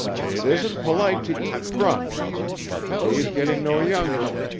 it isn't polite to eat and run, mother, but the day's getting no younger.